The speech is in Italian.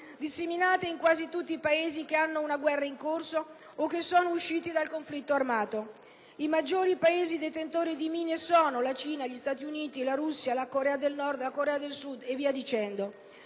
disseminate in quasi tutti i Paesi che hanno una guerra in corso o che sono usciti da conflitti armati. I maggiori Paesi detentori di mine sono: la Cina, gli Stati Uniti, la Russia, la Corea del Nord, la Corea del Sud, l'India,